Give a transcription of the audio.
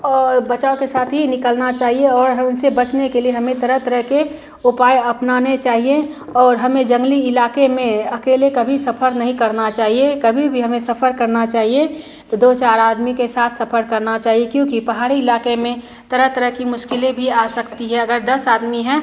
और बचाव के साथ ही निकलना चाहिए और हम उनसे बचने के लिए हमें तरह तरह के उपाय अपनाने चाहिए और हमें जंगली इलाके में अकेले कभी सफ़र नहीं करना चाहिए कभी भी हमें सफ़र करना चाहिए तो दो चार आदमी के साथ सफ़र करना चाहिए क्योंकि पहाड़ी इलाके में तरह तरह की मुश्किलें भी आ सकती हैं अगर दस आदमी हैं